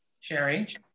Sherry